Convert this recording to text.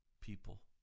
people